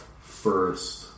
first